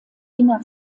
wiener